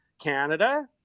canada